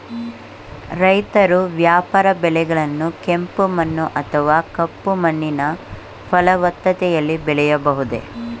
ರೈತರು ವ್ಯಾಪಾರ ಬೆಳೆಗಳನ್ನು ಕೆಂಪು ಮಣ್ಣು ಅಥವಾ ಕಪ್ಪು ಮಣ್ಣಿನ ಫಲವತ್ತತೆಯಲ್ಲಿ ಬೆಳೆಯಬಹುದೇ?